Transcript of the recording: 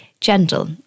gentle